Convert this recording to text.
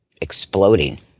exploding